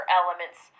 elements